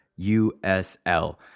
USL